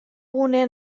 gune